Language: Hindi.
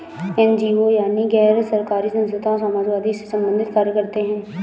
एन.जी.ओ यानी गैर सरकारी संस्थान मानवतावाद से संबंधित कार्य करते हैं